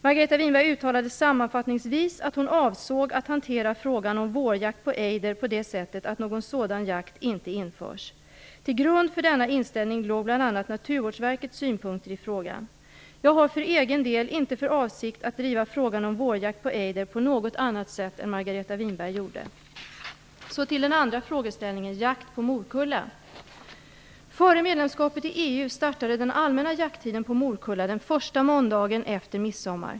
Margareta Winberg uttalade sammanfattningsvis att hon avsåg att hantera frågan om vårjakt på ejder på det sättet att någon sådan jakt inte införs. Till grund för denna inställning låg bl.a. Naturvårdsverkets synpunkter i frågan. Jag har för egen del inte för avsikt att driva frågan om vårjakt på ejder på något annat sätt än Margareta Så till den andra frågeställningen, jakt på morkulla. Före medlemskapet i EU startade den allmänna jakttiden på morkulla den första måndagen efter midsommar.